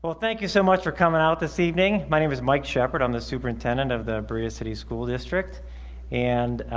but thank you so much for coming out this evening. my name is mike sheppard. i'm the superintendent of the berea city school district and